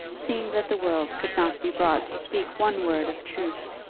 seeing that the world could not be brought to speak one word of truth?